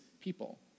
people